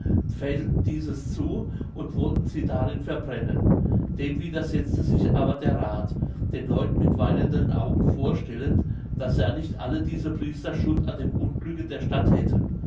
pfählten dieses zu und wollten sie darin verbrennen dem widersetzte sich aber der rath den leuten mit weinenden augen vorstellend daß ja nicht alle diese priester schuld an dem unglücke der stadt hätten